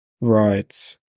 Right